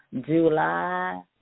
July